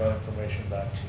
information back